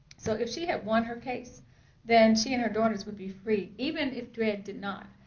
so if she had won her case then she and her daughters would be free even if dred did not.